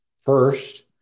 First